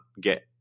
get